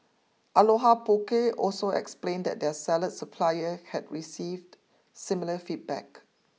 Aloha Poke also explained that their salad supplier had received similar feedback